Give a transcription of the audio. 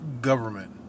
Government